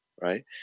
right